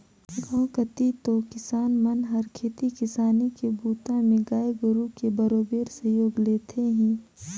गांव कति तो किसान मन हर खेती किसानी के बूता में गाय गोरु के बरोबेर सहयोग लेथें ही